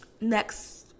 Next